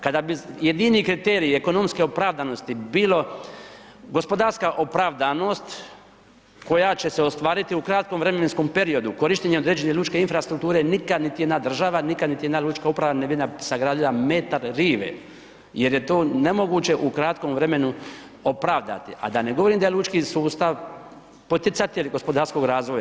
Kada bi jedini kriterij ekonomske opravdanosti bilo gospodarska opravdanost koja će se ostvariti u kratkom vremenskom periodu korištenjem određene lučke infrastrukture nikad niti jedna država, nikad niti jedna lučka uprava ne bi sagradila metar rive, jer je to nemoguće u kratkom vremenu opravdati, a da ne govorim da je lučki sustav poticati …/nerazumljivo/… gospodarskog razvoja.